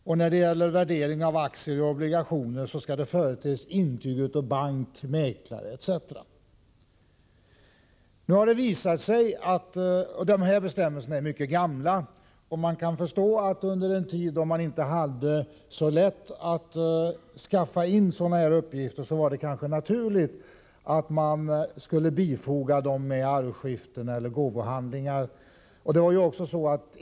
Till ledning för värdering av aktier och obligationer skall företes intyg av bank, mäklare, etc. Dessa bestämmelser är mycket gamla. Man kan förstå att det under en tid då det inte var så lätt att skaffa in sådana här uppgifter kanske var naturligt att man skulle bifoga dem vid arvsskiften och gåvohandlingar.